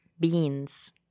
Beans